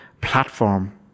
platform